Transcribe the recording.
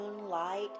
moonlight